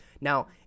Now